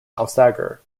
alsager